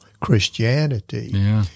Christianity